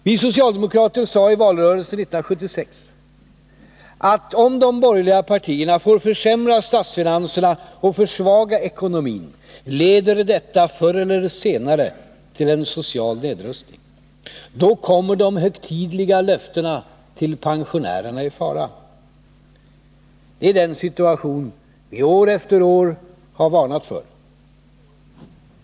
Vi socialdemokrater sade i valrörelsen 1976 att om de borgerliga partierna får försämra statsfinanserna och försvaga ekonomin leder detta förr eller senare till en social nedrustning — då kommer de högtidliga löftena till pensionärerna i fara. Det är den situationen vi år efter år har varnat för.